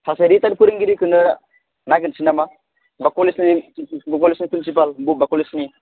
सासे रिटायार्द फोरोंगिरिखौनो नागिरनोसै नामा बा कलेजनि प्रिनसिपाल बबेबा कलेजनि